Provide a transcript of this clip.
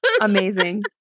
Amazing